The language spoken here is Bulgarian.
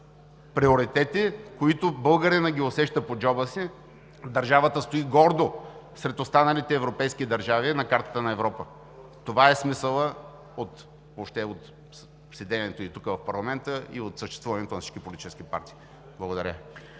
приоритети, които българинът усеща по джоба си, държавата стои гордо сред останалите европейски държави на картата на Европа. Това е смисълът въобще от седенето ни тук, в парламента, и от съществуването на всички политически партии. Благодаря.